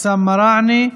אבתיסאם מראענה,